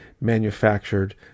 manufactured